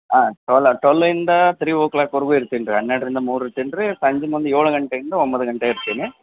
ಹಾಂ ಟ್ವೆಲ್ ಟ್ವೆಲಿಂದ ತ್ರೀ ಓ ಕ್ಲಾಕ್ವರೆಗೂ ಇರ್ತೀನಿ ರೀ ಹನ್ನೆರಡರಿಂದ ಮೂರು ಇರ್ತೀನಿ ರೀ ಸಂಜೆ ಮುಂದೆ ಏಳು ಗಂಟೆಯಿಂದ ಒಂಬತ್ತು ಗಂಟೆ ಇರ್ತೀನಿ